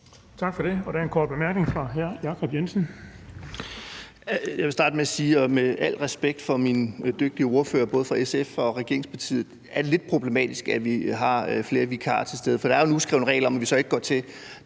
Tak for det. Og der er en kort bemærkning fra hr. Jacob Jensen. Kl. 13:09 Jacob Jensen (V): Jeg vil starte med at sige, at med al respekt for de dygtige ordførere fra både SF og regeringspartiet er det lidt problematisk, at vi har flere vikarer til stede, for der er en uskreven regel om, at vi så ikke går til